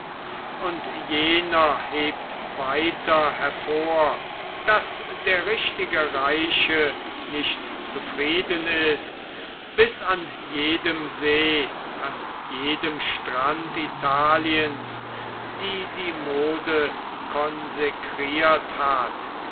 und jener hebt weiter hervor daß der richtige reiche nicht zufrieden ist bis an jedem see an jedem strand italiens die die mode